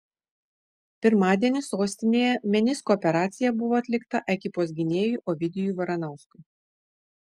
pirmadienį sostinėje menisko operacija buvo atlikta ekipos gynėjui ovidijui varanauskui